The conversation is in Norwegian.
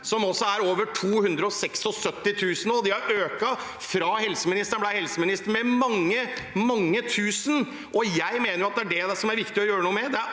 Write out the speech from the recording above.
er altså over 276 000, og køene har økt fra helseministeren ble helseminister, med mange, mange tusen. Jeg mener at det er det er viktig å gjøre noe med.